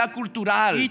cultural